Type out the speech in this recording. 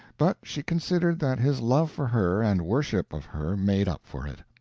but she considered that his love for her and worship of her made up for it.